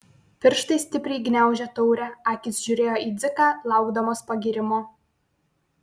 pirštai stipriai gniaužė taurę akys žiūrėjo į dziką laukdamos pagyrimo